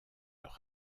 leur